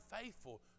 faithful